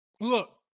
Look